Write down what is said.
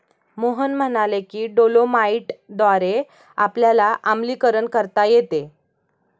मोहन म्हणाले की डोलोमाईटद्वारे आपल्याला आम्लीकरण करता येते